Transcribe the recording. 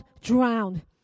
drowned